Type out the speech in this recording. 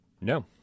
No